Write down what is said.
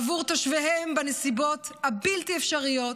בעבור תושביהם, בנסיבות הבלתי-אפשריות,